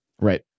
Right